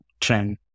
trend